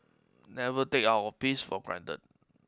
never take our peace for granted